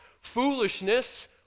foolishness